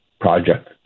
project